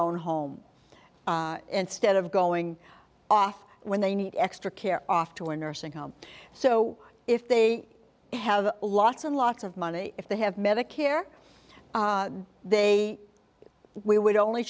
own home instead of going off when they need extra care off to a nursing home so if they have lots and lots of money if they have medicare they we would only